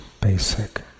basic